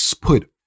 put